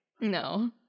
No